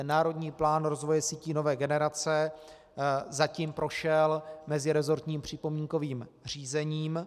Národní plán rozvoje sítí nové generace zatím prošel meziresortním připomínkovým řízením.